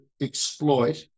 exploit